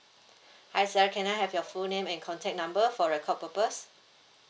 hi sir can I have your full name and contact number for record purpose